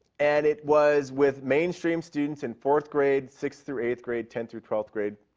and it was with mainstream students in fourth grade, sixth through eighth grade, tenth through twelfth grade.